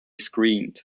screened